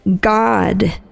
God